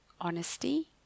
honesty